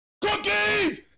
Cookies